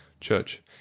Church